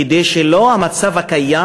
כדי שלא המצב הקיים,